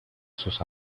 sus